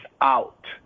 out